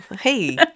hey